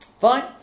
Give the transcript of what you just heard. Fine